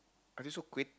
I just wrote kway